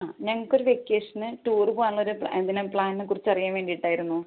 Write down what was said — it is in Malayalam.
ആ ഞങ്ങൾക്ക് ഒരു വെക്കേഷന് ടൂറ് പോവാനുള്ള ഒരു പിന്നെ പ്ലാനിനെക്കുറിച്ച് അറിയാന് വേണ്ടിയിട്ടായിരുന്നു